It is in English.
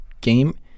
game